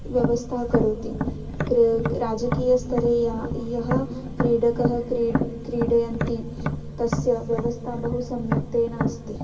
व्यवस्था करोति क्रेत् राजकीयस्तरे यः यः क्रीडकः क्रीड् क्रीडयन्ति तस्य व्यवस्था बहु सम्यक्तेन अस्ति